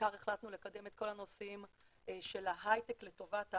ובעיקר החלטנו לקדם את כל הנושאים של ההייטק לטובת העם,